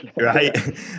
right